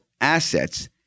assets